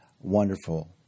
Wonderful